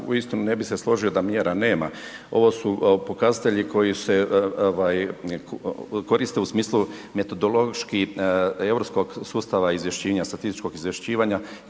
uistinu ne bih se složio da mjera nema, ovo su pokazatelji koji se koriste u smislu metodoloških, europskog sustava izvješćenja, statističkog izvješćivanja